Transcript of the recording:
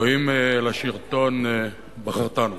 "אלוהים, לשלטון בחרתנו"